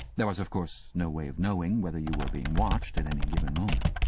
there was of course no way of knowing whether you were being watched at any given moment.